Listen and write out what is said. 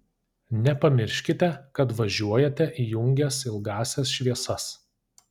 nepamirškite kad važiuojate įjungęs ilgąsias šviesas